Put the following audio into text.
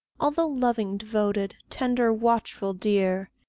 although loving, devoted, tender, watchful, dear,